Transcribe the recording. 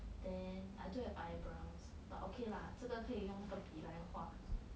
then I don't have eyebrows but okay lah 这个可以用那个笔来画